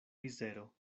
mizero